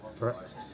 Correct